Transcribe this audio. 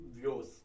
views